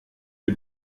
les